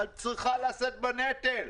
היא צריכה לשאת בנטל.